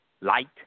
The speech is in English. light